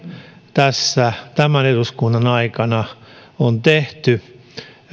tässä tämän eduskunnan aikana on tehty